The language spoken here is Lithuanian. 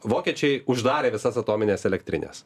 vokiečiai uždarė visas atomines elektrines